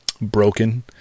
broken